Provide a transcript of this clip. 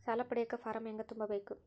ಸಾಲ ಪಡಿಯಕ ಫಾರಂ ಹೆಂಗ ತುಂಬಬೇಕು?